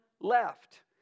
left